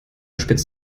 spitzt